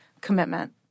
commitment